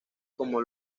como